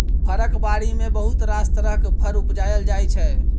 फरक बारी मे बहुत रास तरहक फर उपजाएल जाइ छै